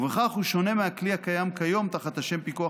ובכך הוא שונה מהכלי הקיים כיום תחת השם "פיקוח